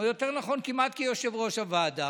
או יותר נכון כמעט כיושב-ראש הוועדה,